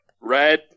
red